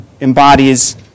embodies